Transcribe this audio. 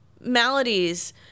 Maladies